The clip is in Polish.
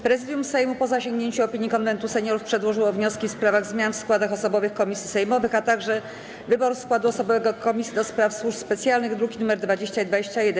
Prezydium Sejmu, po zasięgnięciu opinii Konwentu Seniorów, przedłożyło wnioski w sprawach zmian w składach osobowych komisji sejmowych, a także wyboru składu osobowego Komisji do Spraw Służb Specjalnych, druki nr 20 i 21.